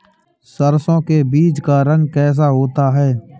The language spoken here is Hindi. सरसों के बीज का रंग कैसा होता है?